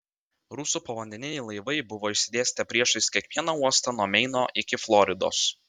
rusų povandeniniai laivai buvo išsidėstę priešais kiekvieną uostą nuo meino iki floridos